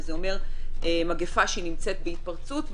וזה אומר מגפה שנמצאת בהתפרצות.